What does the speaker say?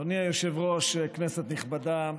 אדוני היושב-ראש, כנסת נכבדה,